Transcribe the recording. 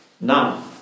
Now